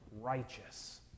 righteous